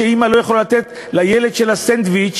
כשאימא לא יכולה לתת לילד שלה סנדוויץ',